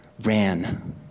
ran